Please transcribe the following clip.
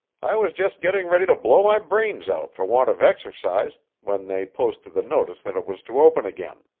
i was just getting ready to blow my brains out for want of exercise, when they posted the notice that it was to open again.